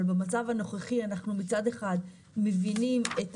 אבל במצב הנוכחי אנחנו מצד אחד מבינים את